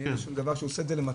הוא עושה את זה למטרות